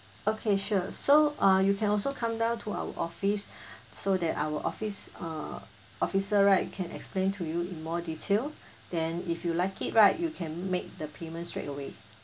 okay sure so uh you can also come down to our office so that our office uh officer right can explain to you in more detail then if you like it right you can make the payment straight away